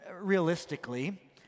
realistically